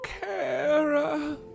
kara